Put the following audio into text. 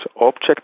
object